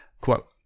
quote